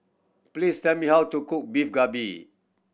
please tell me how to cook Beef Galbi